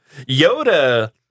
Yoda